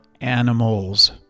animals